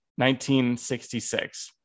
1966